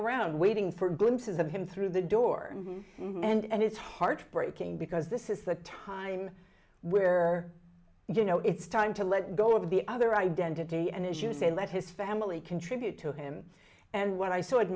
around waiting for glimpses of him through the door and it's heartbreaking because this is the time where you know it's time to let go of the other identity and as you say let his family contribute to him and what i saw